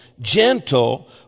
gentle